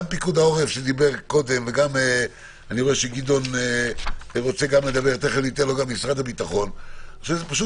גם פיקוד העורף, שדיבר קודם, זה פשוט פרקטי.